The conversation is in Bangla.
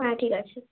হ্যাঁ ঠিক আছে